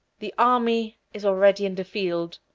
the army is already in the field.